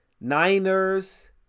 Niners